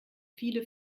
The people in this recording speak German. viele